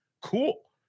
cool